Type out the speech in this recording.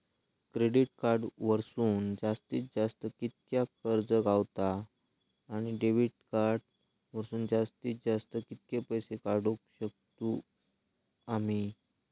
Credit card वरसून जास्तीत जास्त कितक्या कर्ज गावता, आणि डेबिट कार्ड वरसून जास्तीत जास्त कितके पैसे काढुक शकतू आम्ही?